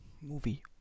movie